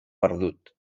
perdut